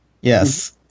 Yes